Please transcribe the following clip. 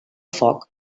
foc